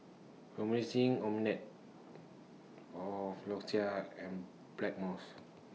Emulsying A Floxia and Blackmores